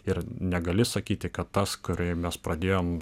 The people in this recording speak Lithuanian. ir negali sakyti kad tas kurį mes pradėjom